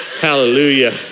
hallelujah